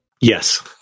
Yes